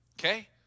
Okay